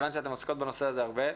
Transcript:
מכיוון שאתן עוסקות בנושא הזה הרבה,